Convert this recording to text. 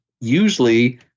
usually